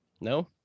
No